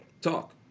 talk